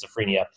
schizophrenia